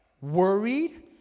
Worried